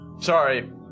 Sorry